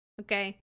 Okay